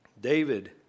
David